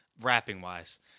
rapping-wise